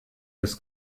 des